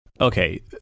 Okay